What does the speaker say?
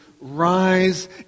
rise